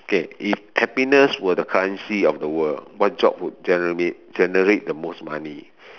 okay if happiness were the currency of the world what job will generate generate the most money